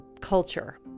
culture